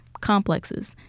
complexes